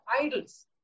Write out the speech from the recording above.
idols